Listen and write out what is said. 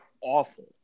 awful